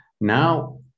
now